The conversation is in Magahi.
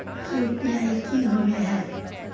यु.पी.आई की होबे है?